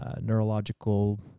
neurological